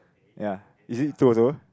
ya is it two also